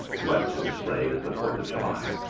what to the slave is the fourth of july,